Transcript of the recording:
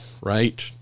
right